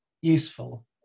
useful